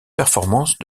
performance